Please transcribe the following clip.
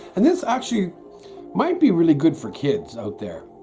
and this actually might be really good for kids out there